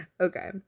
Okay